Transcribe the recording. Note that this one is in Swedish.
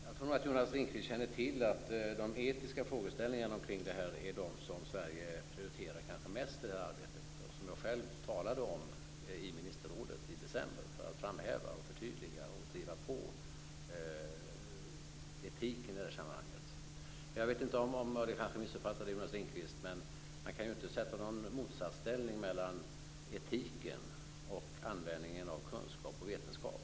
Jag tror att Jonas Ringqvist känner till att de etiska frågeställningarna kring det här är de som Sverige prioriterar kanske mest i det här arbetet och som jag själv talade om i ministerrådet i december för att framhäva, förtydliga och driva på etiken i sammanhanget. Jag vet inte om jag missuppfattade Jonas Ringqvist, men man kan inte ha någon motsatsställning mellan etiken och användningen av kunskap och vetenskap.